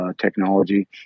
technology